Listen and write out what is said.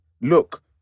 Look